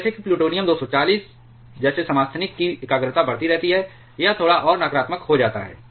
और जैसे कि प्लूटोनियम 240 जैसे समस्थानिक की एकाग्रता बढ़ती रहती है यह थोड़ा और नकारात्मक हो जाता है